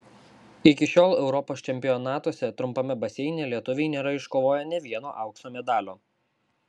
iki šiol europos čempionatuose trumpame baseine lietuviai nėra iškovoję nė vieno aukso medalio